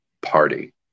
party